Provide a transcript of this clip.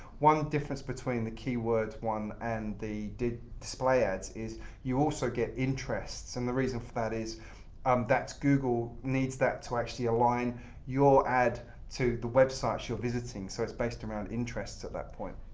one difference between the keywords one and the display ads is you also get interests. and the reason for that is um that google needs that to actually align your ad to the websites you're visiting. so it's based around interests at that point.